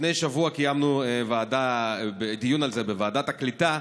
לפני שבוע קיימנו דיון על זה בוועדת הקליטה,